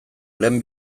lehen